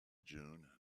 june